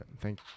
Thank